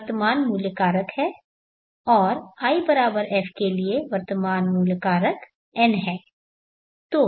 यह वर्तमान मूल्य कारक है और if के लिए वर्तमान मूल्य कारक n है